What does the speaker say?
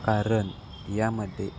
कारण यामध्ये